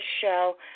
show